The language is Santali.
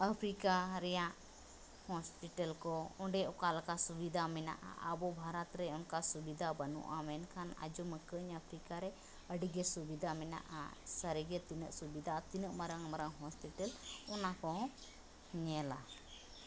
ᱟᱯᱷᱨᱤᱠᱟ ᱨᱮᱭᱟᱜ ᱦᱚᱥᱯᱤᱴᱟᱹᱞ ᱠᱚ ᱚᱸᱰᱮ ᱚᱠᱟᱞᱮᱠᱟ ᱥᱩᱵᱤᱫᱷᱟ ᱢᱮᱱᱟᱜᱼᱟ ᱟᱵᱚ ᱵᱷᱟᱨᱚᱛᱨᱮ ᱚᱱᱠᱟ ᱥᱩᱵᱤᱫᱷᱟ ᱵᱟᱹᱱᱩᱜᱼᱟ ᱢᱮᱱᱠᱷᱟᱱ ᱟᱸᱡᱚᱢ ᱟᱠᱟᱫᱟᱹᱧ ᱟᱯᱷᱨᱤᱠᱟᱨᱮ ᱟᱹᱰᱤᱜᱮ ᱥᱩᱵᱤᱫᱷᱟ ᱢᱮᱱᱟᱜᱼᱟ ᱥᱟᱹᱨᱤᱜᱮ ᱛᱤᱱᱟᱹᱜ ᱥᱩᱵᱤᱫᱷᱟ ᱛᱤᱱᱟᱹᱜ ᱢᱟᱨᱟᱝᱼᱢᱟᱨᱟᱝ ᱦᱚᱥᱯᱤᱭᱴᱟᱹᱞ ᱚᱱᱟᱠᱚᱦᱚᱸ ᱧᱮᱞᱟ